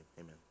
amen